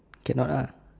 cannot uh